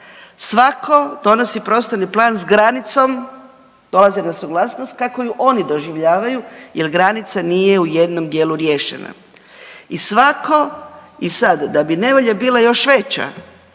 Svako donosi prostorni plan s granicom, dolazi na suglasnosti kako ju oni doživljavaju jel granica nije u jednom dijelu riješena i svako, i sad da bi nevolja bila još veća,